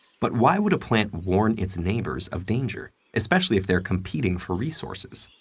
but why would a plant warn its neighbors of danger, especially if they're competing for resources?